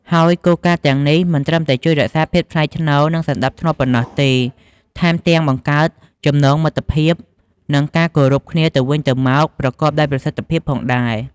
ហើយគោលការណ៍ទាំងនេះមិនត្រឹមតែជួយរក្សាភាពថ្លៃថ្នូរ និងសណ្តាប់ធ្នាប់ប៉ុណ្ណោះទេ ថែមទាំងបង្កើតចំណងមិត្តភាព និងការគោរពគ្នាទៅវិញទៅមកប្រកបដោយប្រសិទ្ធភាពផងដែរ។